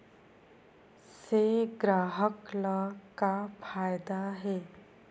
से ग्राहक ला का फ़ायदा हे?